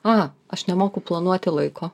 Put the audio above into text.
a aš nemoku planuoti laiko